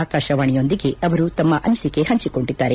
ಆಕಾಶವಾಣಿಯೊಂದಿಗೆ ಅವರು ತಮ್ಮ ಅನಿಸಿಕೆ ಹಂಚಿಕೊಂಡಿದ್ದಾರೆ